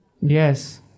Yes